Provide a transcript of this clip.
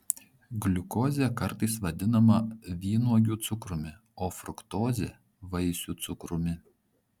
gliukozė kartais vadinama vynuogių cukrumi o fruktozė vaisių cukrumi